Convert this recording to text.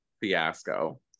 fiasco